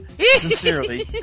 sincerely